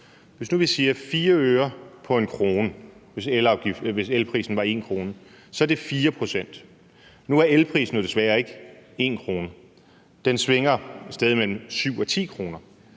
Hvis vi nu siger 4 øre af 1 kr., altså hvis elprisen var på 1 kr., så er der tale om 4 pct. Nu er elprisen jo desværre ikke på 1 kr.; den svinger et sted mellem 7 og 10 kr.,